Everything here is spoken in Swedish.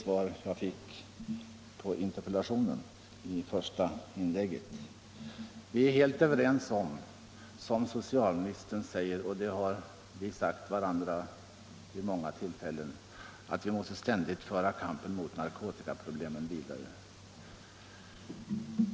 Vi är, som socialministern framhåller, helt överens om — och det har vi sagt vid många tillfällen — att vi ständigt måste föra kampen mot narkotikaproblemen vidare.